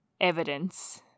evidence